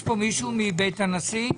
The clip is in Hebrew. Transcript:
יש פה מישהו מבית הנשיא?